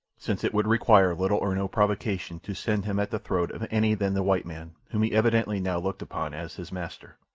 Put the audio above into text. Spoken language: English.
since it would require little or no provocation to send him at the throat of any than the white man, whom he evidently now looked upon as his master.